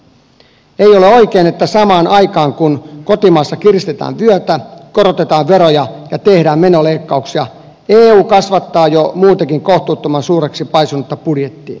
ei ole oikein että samaan aikaan kun kotimaassa kiristetään vyötä korotetaan veroja ja tehdään menoleikkauksia eu kasvattaa jo muutenkin kohtuuttoman suureksi paisunutta budjettiaan